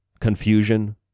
confusion